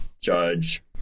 judge